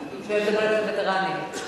שנלחמו ברוסיה?